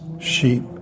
sheep